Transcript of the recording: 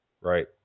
Right